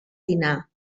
dinar